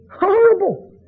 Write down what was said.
horrible